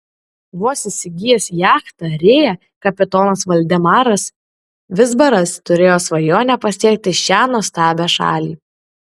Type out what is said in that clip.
vos įsigijęs jachtą rėja kapitonas valdemaras vizbaras turėjo svajonę pasiekti šią nuostabią šalį